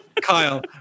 Kyle